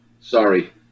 sorry